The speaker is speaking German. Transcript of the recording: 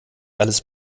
alles